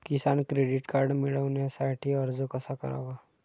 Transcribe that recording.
किसान credit card मिळवण्यासाठी अर्ज कसा करावा?